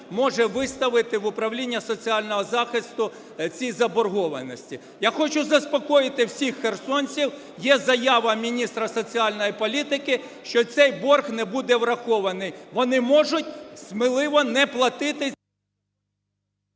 може виставити в управління соціального захисту ці заборгованості. Я хочу заспокоїти всіх херсонців, є заява міністра соціальної політики, що цей борг не буде врахований. Вони можуть сміливо не платити…